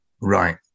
right